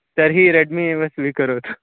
तर्हि रेड्मि एव स्वीकरोतु